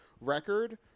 record